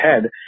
head